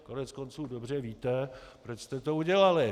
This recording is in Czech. Koneckonců dobře víte, proč jste to udělali.